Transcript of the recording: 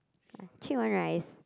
three in one rice